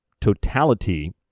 totality